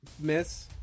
Miss